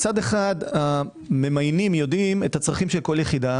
מצד אחד הממיינים יודעים את הצרכים של כל יחידה